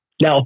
Now